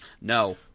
No